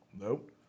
Nope